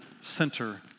center